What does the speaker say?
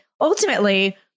ultimately